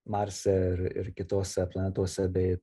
marse ir ir kitose planetose bei